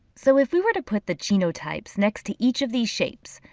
so if we were to put the genotypes next to each of these shapes,